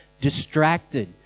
distracted